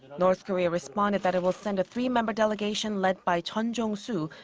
north korea responded that it will send a three-member delegation led by jon jong-su,